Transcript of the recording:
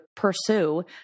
pursue